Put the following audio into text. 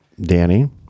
Danny